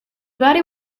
body